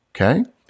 okay